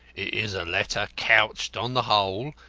is a letter couched, on the whole,